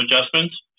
adjustments